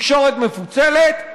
תקשורת מפוצלת,